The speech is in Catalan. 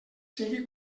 sigui